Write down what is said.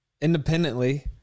independently